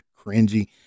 cringy